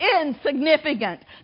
insignificant